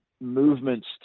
movements